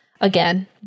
again